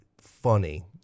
Funny